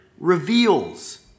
reveals